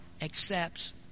accepts